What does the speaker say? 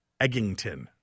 Eggington